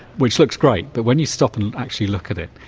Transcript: which looks great, but when you stop and actually look at it,